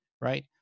right